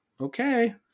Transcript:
okay